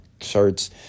shirts